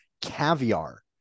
caviar